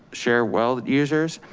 share well, users,